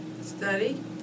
Study